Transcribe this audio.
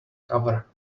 cover